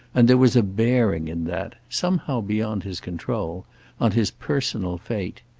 and there was a bearing in that somehow beyond his control on his personal fate.